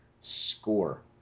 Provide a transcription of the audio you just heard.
Score